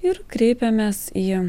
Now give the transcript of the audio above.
ir kreipėmės į